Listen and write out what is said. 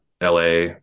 LA